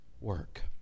work